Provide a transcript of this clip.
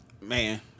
Man